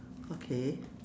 okay